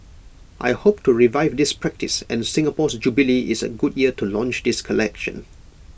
I hope to revive this practice and Singapore's jubilee is A good year to launch this collection